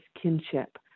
kinship